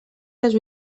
les